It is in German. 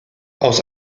aus